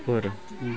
ଉପର